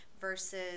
versus